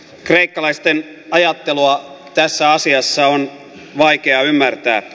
kreikkalaisten ajattelua tässä asiassa on vaikea ymmärtää